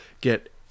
get